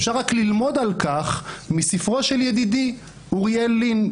אפשר ללמוד על כך מספרו של ידידי, אוריאל לין.